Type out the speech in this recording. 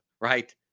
right